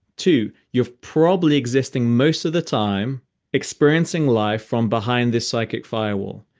two, you're probably existing most of the time experiencing life from behind this psychic firewall.